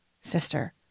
sister